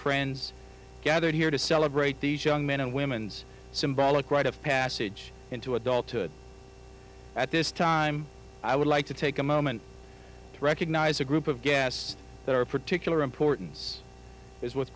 friends gathered here to celebrate these young men and women's symbolic rite of passage into adulthood at this time i would like to take a moment to recognize a group of guests there are particular importance is w